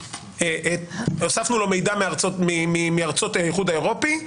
הוספנו לו מידע מארצות האיחוד האירופי,